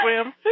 swim